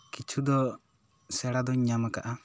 ᱠᱤᱪᱷᱩ ᱫᱚ ᱥᱮᱬᱟ ᱫᱚᱧ ᱧᱟᱢ ᱠᱟᱜᱼᱟ